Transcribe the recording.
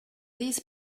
these